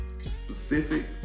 specific